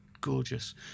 gorgeous